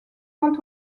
tant